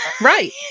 Right